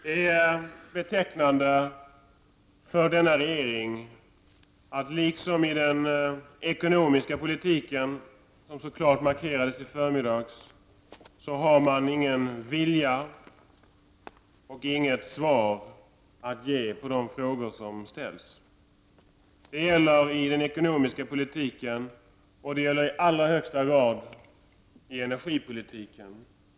Det är betecknande för denna regering att liksom i den ekonomiska politiken, som så klart markerades i förmiddags, har man ingen vilja och inget svar att ge på de frågor som ställs. Det gäller i fråga om den ekonomiska politiken och i allra högsta grad i fråga om energipolitiken.